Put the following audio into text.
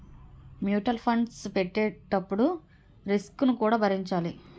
mutual funds పెట్టేటప్పుడు risk ను కూడా భరించాలి